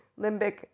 limbic